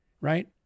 right